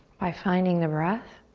by finding the breath.